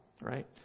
right